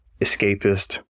escapist